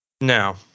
now